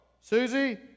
Susie